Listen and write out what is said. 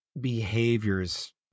behaviors